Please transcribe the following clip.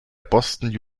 boston